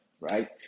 right